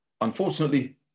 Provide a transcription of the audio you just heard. Unfortunately